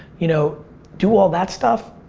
you know do all that stuff,